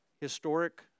historic